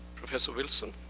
professor wilson